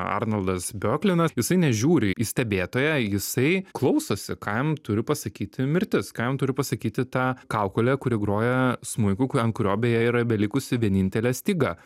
arnoldas bioklinas jisai nežiūri į stebėtoją jisai klausosi ką jam turi pasakyti mirtis ką jam turi pasakyti ta kaukolė kuri groja smuiku ku ant kurio beje yra belikusi vienintelė styga